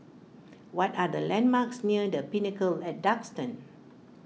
what are the landmarks near the Pinnacle at Duxton